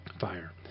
fire